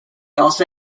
also